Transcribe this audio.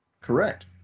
Correct